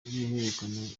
y’uruhererekane